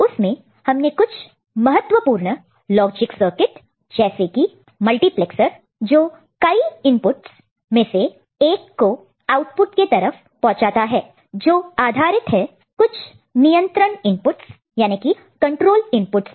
उसमें हमने कुछ महत्वपूर्ण लॉजिक सर्किट जैसे कि मल्टीप्लैक्सर जो कई इनपुट्स को स्टीयर कर आउटपुट के तरफ पहुंचाता है जो आधारित है कुछ कंट्रोल इनपुट्स पर